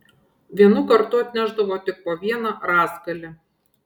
vienu kartu atnešdavo tik po vieną rąstgalį